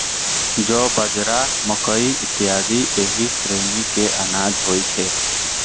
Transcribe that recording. जौ, बाजरा, मकइ इत्यादि एहि श्रेणी के अनाज होइ छै